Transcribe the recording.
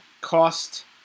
cost